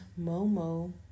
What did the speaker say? Momo